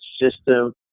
system